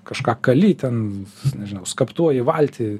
kažką kali ten nežinau skaptuoji valtį